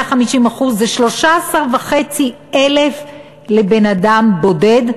ו-150% זה 13,500 לבן-אדם בודד,